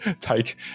take